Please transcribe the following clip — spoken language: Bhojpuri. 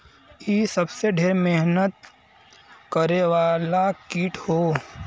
इ सबसे ढेर मेहनत करे वाला कीट हौ